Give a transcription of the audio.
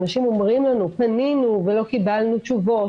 אנשים אומרים לנו 'פנינו ולא קיבלנו תשובות'